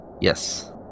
Yes